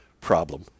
problem